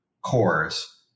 cores